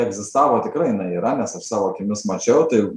egzistavo tikrai jinai yra nes aš savo akimis mačiau tai